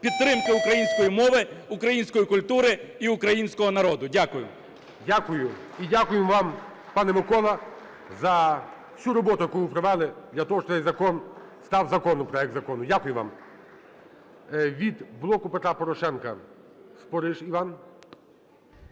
підтримки української мови, української культури і українського народу. Дякую. ГОЛОВУЮЧИЙ. Дякую. І дякую вам, пане Миколо, за всю роботу, яку ви провели для того, щоб цей закон став законом, проект закону. Дякую вам. Від "Блоку Петра Порошенка" Спориш Іван.